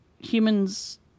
humans